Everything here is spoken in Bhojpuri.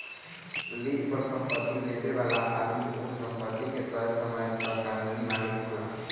लीज पर संपत्ति लेबे वाला आदमी ओह संपत्ति के तय समय तक कानूनी मालिक होला